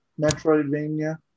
Metroidvania